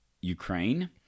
Ukraine